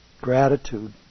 Gratitude